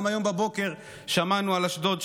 גם היום בבוקר שמענו שאשדוד,